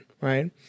right